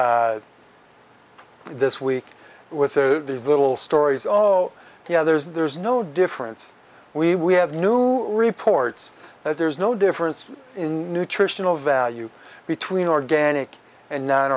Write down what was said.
out this week with the little stories oh oh yeah there's no difference we we have new reports that there is no difference in nutritional value between organic and non